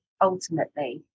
ultimately